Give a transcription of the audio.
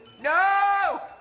No